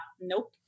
Nope